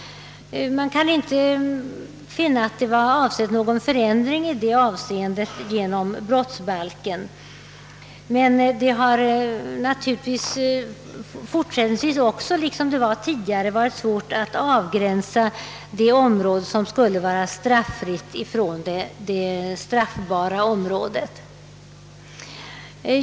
Man kan inte finna att någon förändring i det avseendet var avsedd genom brottsbalken, men det har naturligtvis 1 fortsättningen, liksom tidigare, varit svårt att avgränsa det område som skulle vara straffritt.